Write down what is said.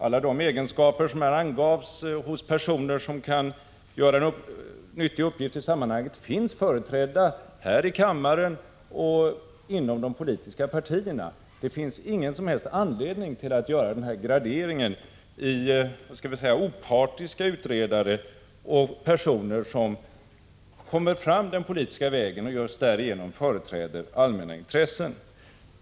Alla de egenskaper som angavs krävas av personer som skall kunna göra en nyttig uppgift i sammanhanget finns företrädda här i kammaren och inom de politiska partierna. Det finns ingen som helst anledning att göra en gradering i låt oss kalla det opartiska utredare och personer som utses den politiska vägen och just därigenom företräder allmäna intressen.